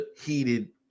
heated